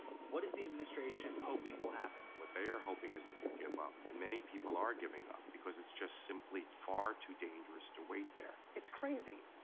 what is the administration hoping will happen? what they are hoping is that you give up, and many people are giving up because it's just simply far too dangerous to wait there. it's crazy.